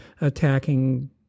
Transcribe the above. attacking